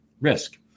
risk